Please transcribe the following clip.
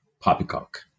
poppycock